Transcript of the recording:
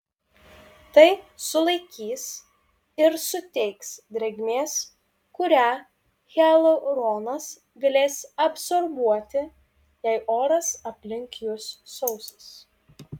tai sulaikys ir suteiks drėgmės kurią hialuronas galės absorbuoti jei oras aplink jus sausas